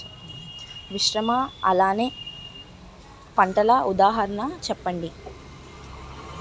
మిశ్రమ అలానే అంతర పంటలకు ఉదాహరణ చెప్పండి?